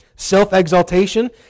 self-exaltation